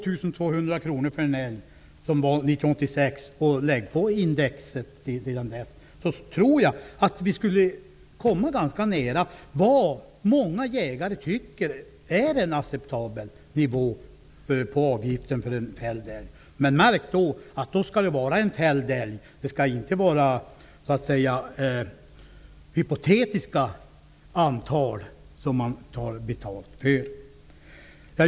Lägg på index sedan 1986 och jag tror att man kommer ganska nära vad många jägare tycker vara en acceptabel nivå på avgiften för en älg. Men märk då att det skall gälla en fälld älg och inte ett hypotetiskt antal som man tar betalt för.